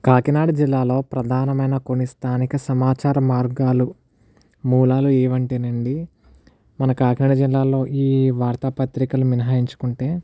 కాకినాడ జిల్లాలో ప్రధానమైన కొన్ని స్థానిక సమాచార మార్గాలు మూలాలు ఏవంటేనండి మన కాకినాడ జిల్లాలో ఈ వార్త పత్రికలు మినహాయించుకుంటే